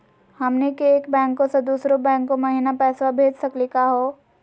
हमनी के एक बैंको स दुसरो बैंको महिना पैसवा भेज सकली का हो?